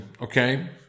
okay